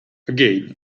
again